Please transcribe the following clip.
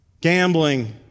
gambling